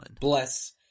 Bless